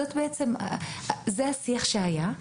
זה השיח שהיה,